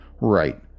Right